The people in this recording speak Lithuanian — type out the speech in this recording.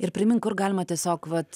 ir primink kur galima tiesiog vat